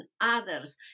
others